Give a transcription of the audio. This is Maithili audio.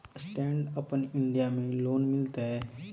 स्टैंड अपन इन्डिया में लोन मिलते?